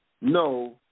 no